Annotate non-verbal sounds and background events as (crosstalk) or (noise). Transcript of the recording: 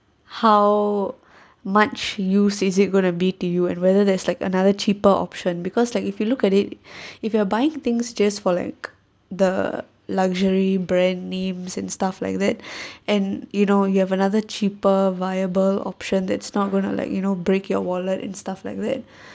how much use is it going to be to you and whether there's like another cheaper option because like if you look at it (breath) if you are buying things just for like the luxury brand names and stuff like that (breath) and you know you have another cheaper viable option that's not going to like you know break your wallet and stuff like that (breath)